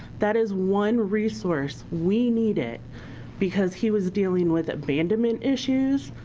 that is one resource we needed, because he was dealing with abandonment issues,